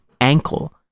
ankle